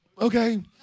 okay